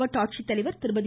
மாவட்ட ஆட்சித்தலைவர் திருமதி